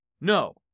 No